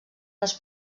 les